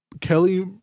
Kelly